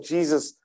Jesus